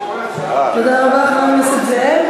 תודה רבה, חבר הכנסת זאב.